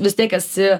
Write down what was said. vis tiek esi